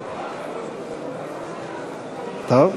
טוב,